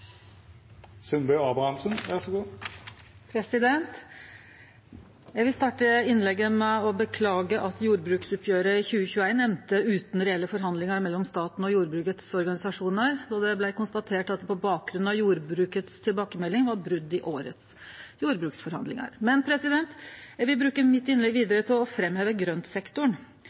Eg vil starte innlegget med å beklage at jordbruksoppgjeret i 2021 enda utan reelle forhandlingar mellom staten og jordbrukets organisasjonar då det blei konstatert at det på bakgrunn av jordbrukets tilbakemelding var brot i årets jordbruksforhandlingar. Eg vil bruke innlegget mitt vidare til å framheve grøntsektoren. 2021 er FNs internasjonale år for frukt og grønt,